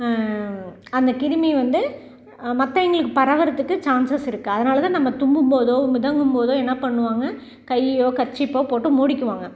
அந்த கிருமி வந்து மற்றவேயிங்களுக்கு பரவகிறத்துக்கு சான்சஸ் இருக்குது அதனால் தான் நம்ம தும்பும் போதோ மிதங்கும் போதோ என்ன பண்ணுவாங்க கையோ கர்ச்சிப்போ போட்டு மூடிக்குவாங்க